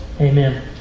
Amen